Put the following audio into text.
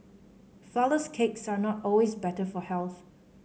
flourless cakes are not always better for health